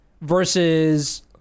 versus